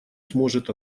сможет